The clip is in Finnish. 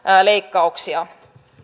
leikkauksia